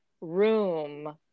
room